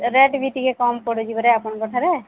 rate ବି ଟିକେ କମ୍ ପଡୁଛି ପରେ ଆପଣଙ୍କ ଠାରେ